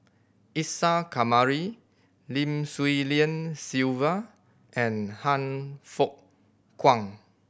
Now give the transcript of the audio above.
Isa Kamari Lim Swee Lian Sylvia and Han Fook Kwang